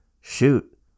shoot